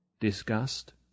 Disgust